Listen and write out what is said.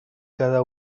cada